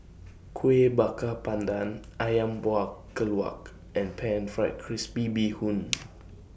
Kuih Bakar Pandan Ayam Buah Keluak and Pan Fried Crispy Bee Hoon